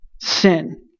Sin